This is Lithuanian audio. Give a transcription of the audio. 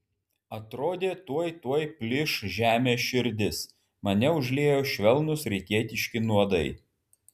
atrodė tuoj tuoj plyš žemės širdis mane užliejo švelnūs rytietiški nuodai